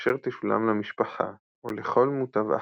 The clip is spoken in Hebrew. אשר תשולם למשפחה, או לכל מוטב אחר,